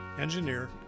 engineer